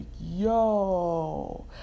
yo